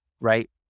right